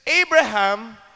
Abraham